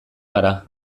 gara